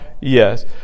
yes